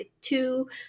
two